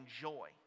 joy